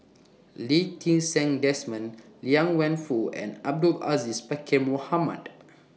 Lee Ti Seng Desmond Liang Wenfu and Abdul Aziz Pakkeer Mohamed